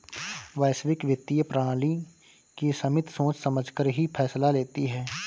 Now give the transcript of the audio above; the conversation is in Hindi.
वैश्विक वित्तीय प्रणाली की समिति सोच समझकर ही फैसला लेती है